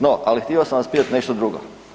No, ali htio sam vas pitati nešto drugo.